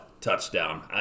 Touchdown